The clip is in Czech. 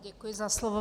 Děkuji za slovo.